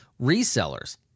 resellers